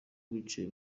wicaye